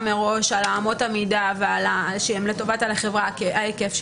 מראש על אמות המידה שהם לטובת החברה ההיקף,